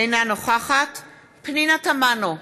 אינה נוכחת פנינה תמנו,